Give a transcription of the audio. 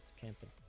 Camping